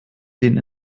den